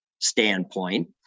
standpoint